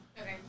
Okay